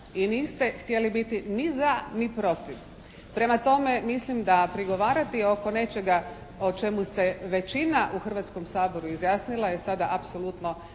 i niste htjeli biti ni za ni protiv. Prema tome mislim da prigovarati oko nečega o čemu se većina u Hrvatskom saboru izjasnila je sada apsolutno